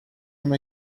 him